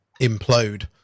implode